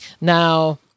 Now